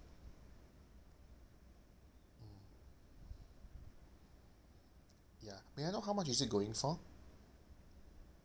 mm ya may I know how much is it going for